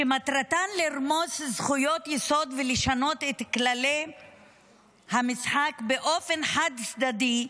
מטרתם לרמוס זכויות יסוד ולשנות את כללי המשחק באופן חד-צדדי,